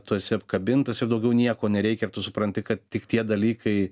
tu esi apkabintas ir daugiau nieko nereikia ir tu supranti kad tik tie dalykai